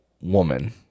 woman